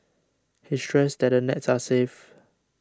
he stressed that the nets are safe